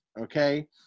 okay